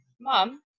Mom